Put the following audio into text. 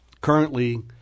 currently